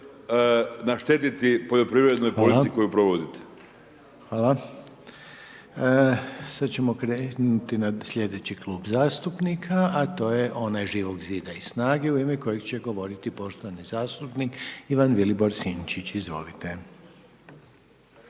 naštetiti poljoprivrednoj politici koju provodite. **Reiner, Željko (HDZ)** Hvala. Sada ćemo krenuti na slijedeći klub zastupnika, a to je Živog Zida i Snage u ime kojega će govoriti poštovani zastupnik Ivan Vilibor Sinčić, izvolite.